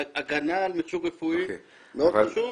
הגנה על מכשור רפואי זה מאוד חשוב,